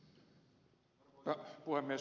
arvoisa puhemies